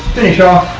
finish off,